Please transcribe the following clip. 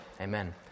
Amen